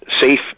safe